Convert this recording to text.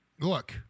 look